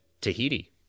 Tahiti